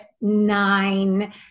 nine